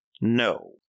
No